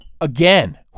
again